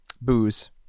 booze